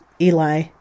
Eli